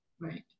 Right